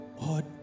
God